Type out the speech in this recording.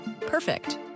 Perfect